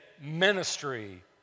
Ministry